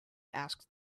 asked